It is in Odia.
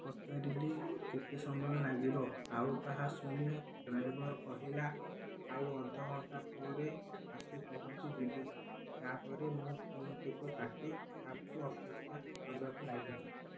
ପଚାରିଲି କେତେ ସମୟ ଲାଗିବ ଆଉ ତାହା ଶୁଣି ଡ୍ରାଇଭର୍ କହିଲା ଆଉ ଅଧଘଣ୍ଟା ପରେ ଆସି ପହଞ୍ଚିଯିବି ତା'ପରେ ମୁଁ ଫୋନଟିକୁ କାଟି କ୍ୟାବ୍କୁ ଅପେକ୍ଷା କରିବାକୁ ଲାଗିଲି